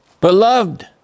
Beloved